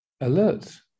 alert